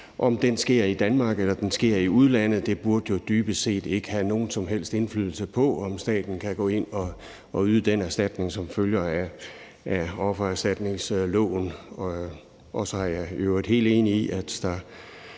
om den sker i Danmark, eller om den sker i udlandet, burde jo dybest set ikke have nogen som helst indflydelse på, om staten kan gå ind og yde den erstatning, som følger af offererstatningsloven. Så er jeg i